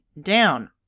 down